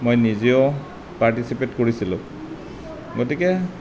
মই নিজেও পাৰ্টিচিপেট কৰিছিলোঁ গতিকে